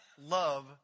love